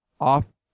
off